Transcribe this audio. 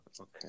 Okay